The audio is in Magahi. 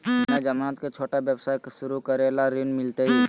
बिना जमानत के, छोटा व्यवसाय शुरू करे ला ऋण मिलतई?